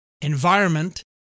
environment